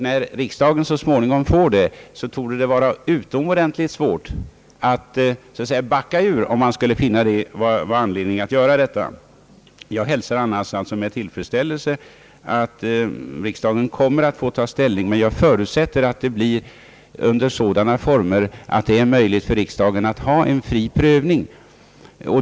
När det så småningom kommer till riksdagen torde det vara utomordentligt svårt att så att säga backa ut, om man skulle finna anledning därtill. Jag hälsar annars med tillfredsställelse att riksdagen kommer att få ta ställning. Men jag förutsätter att det blir under sådana former att det är möjligt för riksdagen att göra en fri prövning.